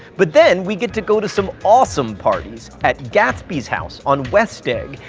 but then we get to go to some awesome parties, at gatsby's house on west egg.